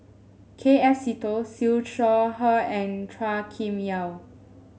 K F Seetoh Siew Shaw Her and Chua Kim Yeow